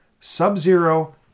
Sub-Zero